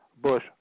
bush